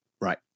Right